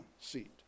seat